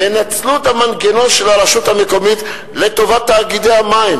ינצלו את המנגנון של הרשות המקומית לטובת תאגידי המים